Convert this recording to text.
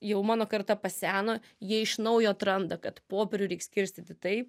jau mano karta paseno jie iš naujo atranda kad popierių reik skirstyti taip